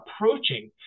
approaching